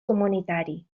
comunitari